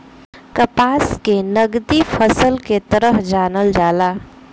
कपास के नगदी फसल के तरह जानल जाला